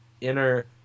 Inner